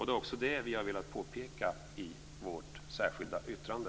Det är det vi har velat påpeka i vårt särskilda yttrande.